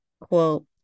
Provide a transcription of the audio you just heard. quote